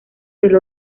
del